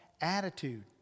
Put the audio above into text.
attitude